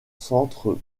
cendres